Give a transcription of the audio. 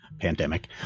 pandemic